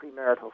premarital